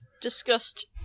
discussed